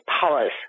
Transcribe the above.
powers